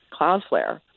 Cloudflare